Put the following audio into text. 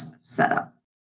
setup